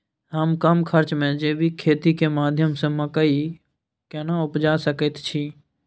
हम कम खर्च में जैविक खेती के माध्यम से मकई केना उपजा सकेत छी?